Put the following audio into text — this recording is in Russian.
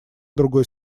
другой